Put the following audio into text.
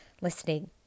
Listening